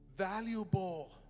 Valuable